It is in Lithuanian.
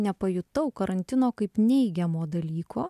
nepajutau karantino kaip neigiamo dalyko